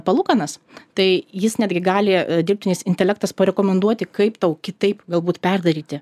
palūkanas tai jis netgi gali dirbtinis intelektas parekomenduoti kaip tau kitaip galbūt perdaryti